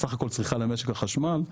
סך הכל צריכה למשק החשמל,